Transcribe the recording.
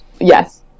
Yes